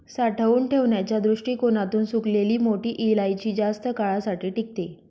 साठवून ठेवण्याच्या दृष्टीकोणातून सुकलेली मोठी इलायची जास्त काळासाठी टिकते